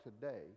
today